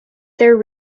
their